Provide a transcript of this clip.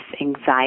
anxiety